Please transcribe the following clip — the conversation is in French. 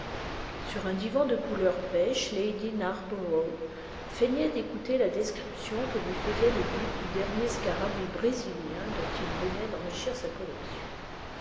sur un divan de couleur pêche lady narbo rough feignait d'écouter la description que lui faisait le duc du dernier scarabée brésilien dont il venait d'enri cbir sa collection